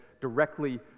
directly